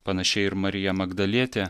panašiai ir marija magdalietė